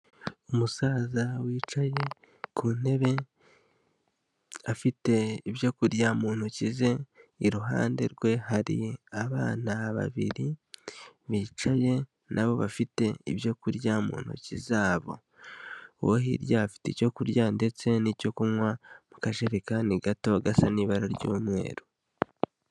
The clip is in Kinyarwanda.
Umusaza wicaye ku ntebe afite ibyo kurya mu ntoki ze, iruhande rwe hari abana babiri bicaye na bo bafite ibyo kurya mu ntoki zabo, uwo hirya afite icyo kurya ndetse n'icyo kunywa mu kajerekani gato gasa n'ibara ry'umweru.